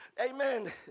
amen